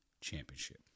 Championship